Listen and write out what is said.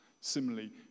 Similarly